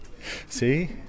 See